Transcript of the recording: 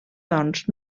doncs